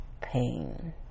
pain